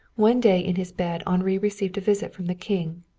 one day in his bed henri received a visit from the king,